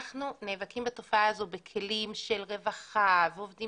אנחנו נאבקים בתופעה הזו בכלים של רווחה ועובדים